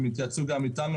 הם התייעצו אתנו,